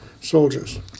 Soldiers